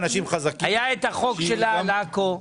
היה את החוק של מיכל על עכו,